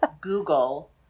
Google